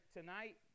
tonight